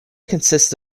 consists